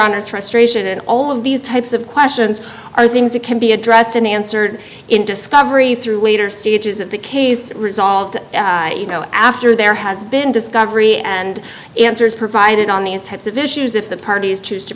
honour's frustration and all of these types of questions are things that can be addressed and answered in discovery through later stages of the case resolved after there has been discovery and answers provided on these types of issues if the parties choose to